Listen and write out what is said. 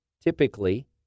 typically